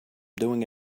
doing